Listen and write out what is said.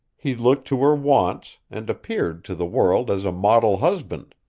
he looked to her wants, and appeared to the world as a model husband.